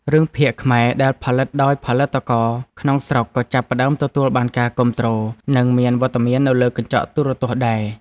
រឿងភាគខ្មែរដែលផលិតដោយផលិតករក្នុងស្រុកក៏ចាប់ផ្តើមទទួលបានការគាំទ្រ និងមានវត្តមាននៅលើកញ្ចក់ទូរទស្សន៍ដែរ។